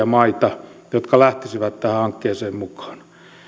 maita jotka lähtisivät tähän hankkeeseen mukaan